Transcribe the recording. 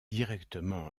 directement